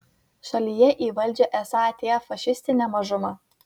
šalyje į valdžią esą atėjo fašistinė mažuma